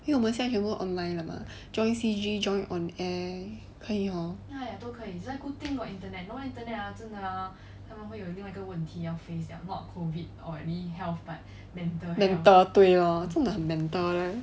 因为我们现在全部都 online 了 mah join C_G join on air 可以 hor mental 对 lor 真的很 mental leh